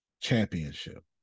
Championship